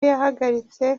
yahagaritse